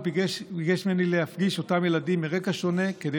הוא ביקש ממני להפגיש את אותם ילדים מרקע שונה כדי